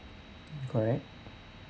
correct